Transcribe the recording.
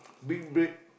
big bag